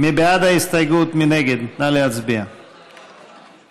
יחיאל חיליק